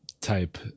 type